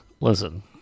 listen